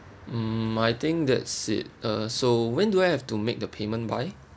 hmm I think that's it uh so when do I have to make the payment by